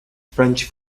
french